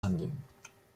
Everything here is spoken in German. handeln